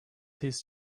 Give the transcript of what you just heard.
his